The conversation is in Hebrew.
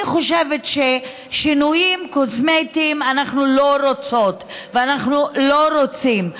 אני חושבת ששינויים קוסמטיים אנחנו לא רוצות ואנחנו לא רוצים.